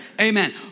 Amen